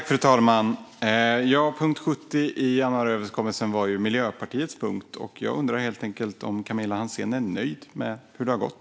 Fru talman! Punkt 70 i januariöverenskommelsen var ju Miljöpartiets punkt. Jag undrar helt enkelt om Camilla Hansén är nöjd med hur det har gått.